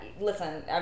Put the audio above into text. listen